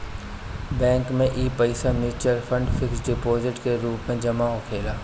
bank में इ पईसा मिचुअल फंड, फिक्स डिपोजीट के रूप में जमा होखेला